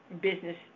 business